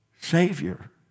Savior